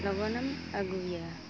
ᱞᱚᱜᱚᱱᱮᱢ ᱟᱹᱜᱩᱭᱟ